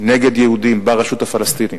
נגד יהודים ברשות הפלסטינית,